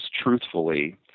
truthfully